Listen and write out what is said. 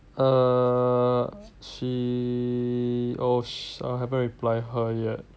err she oh sh~ I haven't reply her yet